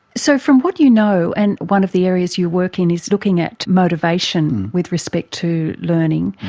so from what you know, and one of the areas you work in is looking at motivation with respect to learning,